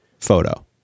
photo